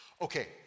Okay